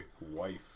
wife